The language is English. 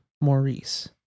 Maurice